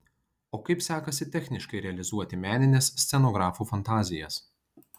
o kaip sekasi techniškai realizuoti menines scenografų fantazijas